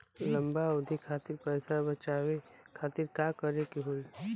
लंबा अवधि खातिर पैसा बचावे खातिर का करे के होयी?